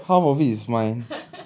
no half of it is mine